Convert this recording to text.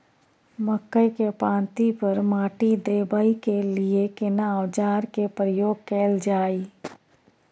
मकई के पाँति पर माटी देबै के लिए केना औजार के प्रयोग कैल जाय?